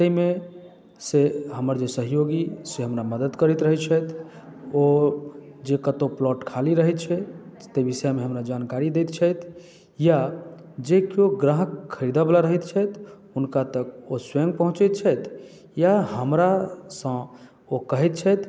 ताहि मे से जे हमर जे सहयोगी से हमरा मदद करैत रहैत छथि ओ जे कतौ प्लॉट खाली रहै छै तै विषयमे हमरा जानकारी दैत छथि या जे कियो ग्राहक खरीदऽ वाला रहैत छथि हुनका तक ओ स्वयं पहुँचे छथि या हमरासँ वो कहैत छथि